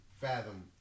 fathom